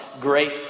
great